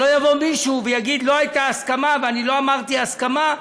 שלא יבוא מישהו ויגיד: לא הייתה הסכמה ואני לא אמרתי הסכמה.